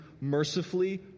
mercifully